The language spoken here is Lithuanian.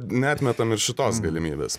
neatmetam ir šitos galimybės